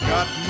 Got